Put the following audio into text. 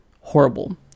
horrible